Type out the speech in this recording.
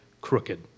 crooked